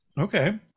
okay